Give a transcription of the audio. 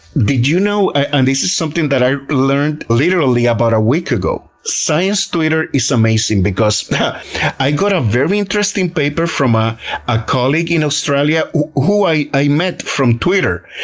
did you know, and this is something that i learned literally about a week ago science twitter is amazing, because i got a very interesting paper from ah a colleague in australia who i i met from twitter.